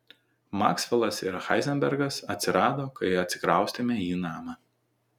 maksvelas ir heizenbergas atsirado kai atsikraustėme į namą